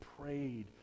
prayed